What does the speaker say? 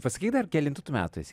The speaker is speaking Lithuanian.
pasakyk dar kelintų tu metų esi